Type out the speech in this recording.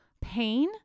pain